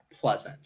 pleasant